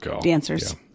dancers